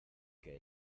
que